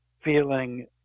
feeling